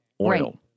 oil